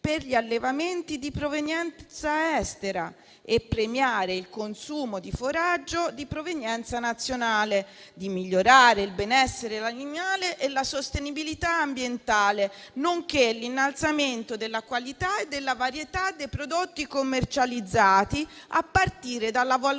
per gli allevamenti di provenienza estera e premiare il consumo di foraggio di provenienza nazionale, di migliorare il benessere animale e la sostenibilità ambientale, nonché l'innalzamento della qualità e della varietà dei prodotti commercializzati, a partire dalla